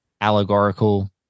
allegorical